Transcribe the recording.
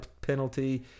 penalty